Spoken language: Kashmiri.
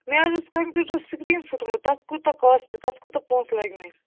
مےٚ حَظ اوس کمپیٛوٗٹر سِکریٖن پھُٹمُت تتھ کوتاہ کاسٹ تتھ کوٗتاہ پۅنٛسہٕ لگہِ مےٚ